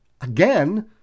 again